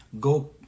Go